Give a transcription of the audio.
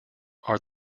are